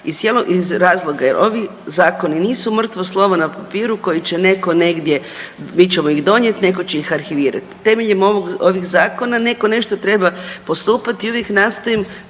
iz razloga jer ovi zakoni nisu mrtvo slovo na papiru koji će netko negdje, mi ćemo ih donijeti, netko će ih arhivirati. Temeljem ovih zakona netko nešto treba postupati i uvijek nastojim